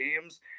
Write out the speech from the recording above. games